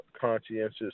conscientious